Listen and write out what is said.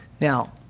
Now